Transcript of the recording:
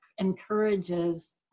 encourages